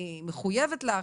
אני מחויבת לך.